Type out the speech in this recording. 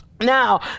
Now